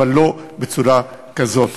אבל לא בצורה כזאת.